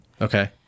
Okay